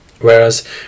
Whereas